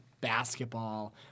basketball